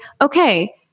okay